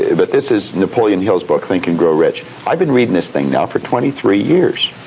ah but this is napoleon hill's book, think and grow rich. i've been reading this thing now for twenty three years.